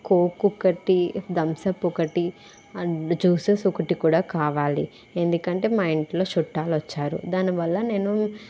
coke ఒకటి Thums Up ఒకటి and juices ఒకటి కూడా కావాలి ఎందుకంటే మా ఇంట్లో చుట్టాలు వచ్చారు దాని వల్ల నేను